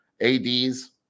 ADs